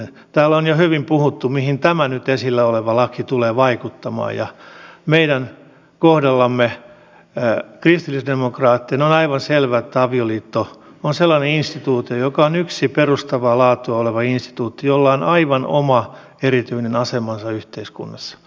täällä on jo hyvin puhuttu mihin tämä nyt esillä oleva laki tulee vaikuttamaan ja meidän kohdallamme kristillisdemokraattien on aivan selvä että avioliitto on sellainen instituutio joka on yksi perustavaa laatua oleva instituutio jolla on aivan oma erityinen asemansa yhteiskunnassa